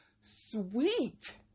sweet